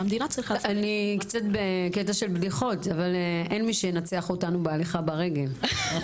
אני קצת בקטע של בדיחות אבל אין מי שינצח אותנו בהליכה ברגל.